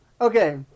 Okay